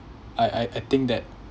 I I I think that